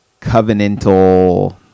covenantal